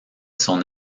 son